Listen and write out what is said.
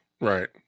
Right